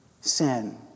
sin